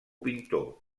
pintor